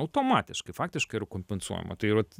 automatiškai faktiškai yra kompensuojama tai vat